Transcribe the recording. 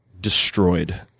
destroyed